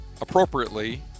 appropriately